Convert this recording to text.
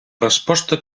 resposta